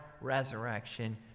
resurrection